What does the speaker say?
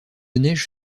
neige